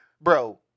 Bro